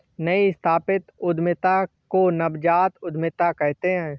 नई स्थापित उद्यमिता को नवजात उद्दमिता कहते हैं